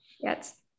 Yes